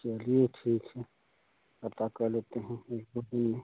चलिए ठीक है पता कर लेते हैं एक दो दिन में